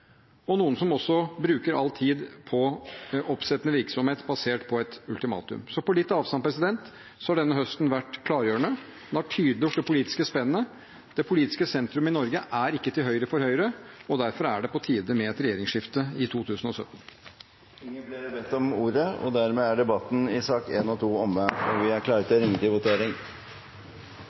og noen som også bruker all tid på oppsettende virksomhet basert på et ultimatum. På litt avstand har denne høsten vært klargjørende. Den har tydeliggjort det politiske spennet. Det politiske sentrum i Norge er ikke til høyre for Høyre, og derfor er det på tide med et regjeringsskifte i 2017. Flere har ikke bedt om ordet til sakene nr. 1 og 2. Presidenten vil foreslå at finansministerens redegjørelse om regjeringens forslag til statsbudsjett og om nasjonalbudsjettet for 2017 i